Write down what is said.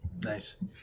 nice